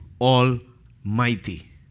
Almighty